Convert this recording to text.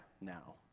now